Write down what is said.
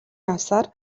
явсаар